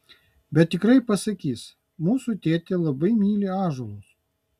bet tikrai pasakys mūsų tėtė labai myli ąžuolus